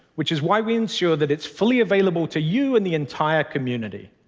which is why we ensure that it's fully available to you and the entire community.